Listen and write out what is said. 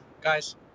Guys